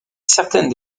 certaines